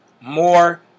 more